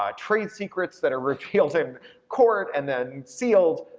ah trade secrets that are revealed in court and then sealed,